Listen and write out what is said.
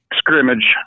scrimmage